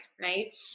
right